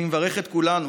אני מברך את כולנו,